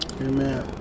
Amen